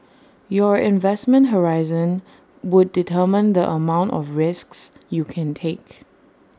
your investment horizon would determine the amount of risks you can take